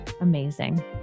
Amazing